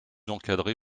encadré